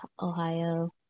Ohio